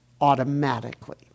automatically